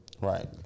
Right